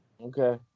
Okay